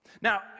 Now